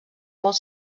molt